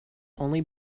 only